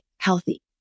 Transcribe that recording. healthy